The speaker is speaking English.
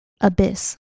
Abyss